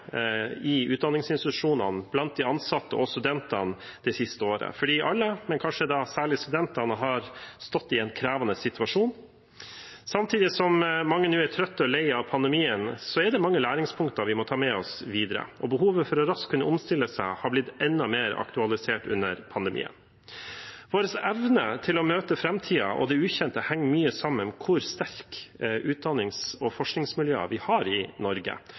i utdanningsinstitusjonene blant de ansatte og studentene det siste året. Alle, men kanskje særlig studentene, har stått i en krevende situasjon. Samtidig som mange nå er trøtte og leie av pandemien, er det mange læringspunkter vi må ta med oss videre, og behovet for raskt å kunne omstille seg har blitt enda mer aktualisert under pandemien. Vår evne til å møte framtiden og det ukjente henger mye sammen med hvor sterke utdannings- og forskningsmiljøer vi har i Norge,